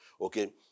Okay